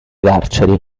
carceri